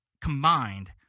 combined